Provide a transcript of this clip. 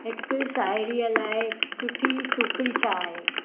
हिकु साहेड़ीअ लाइ सुठी सुखिड़ी छा आहे